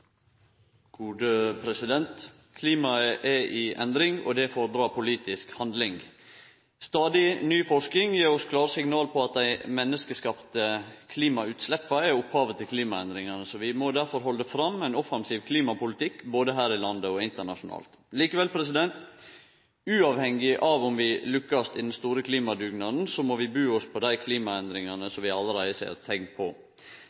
i endring. Det fordrar politisk handling. Stadig ny forsking gjev oss klart signal om at dei menneskeskapte klimagassutsleppa er opphavet til klimaendringane. Vi må derfor halde fram med ein offensiv klimapolitikk, både her i landet og internasjonalt. Men uavhengig av om vi lukkast i den store klimadugnaden, må vi bu oss på dei klimaendringane som vi allereie ser teikn på.